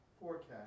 forecast